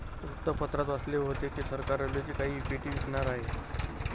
वृत्तपत्रात वाचले होते की सरकार रेल्वेची काही इक्विटी विकणार आहे